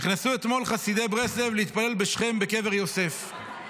נכנסו אתמול חסידי ברסלב להתפלל בשכם בקבר יוסף.